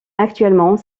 actuellement